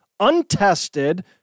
untested